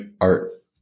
art